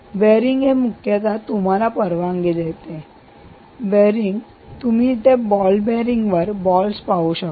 तर बियरींग हे मुख्यतः तुम्हाला परवानगी देते हे बियरींग आहे तुम्ही येथे बॉल बियरींग वर बॉलस पाहू शकता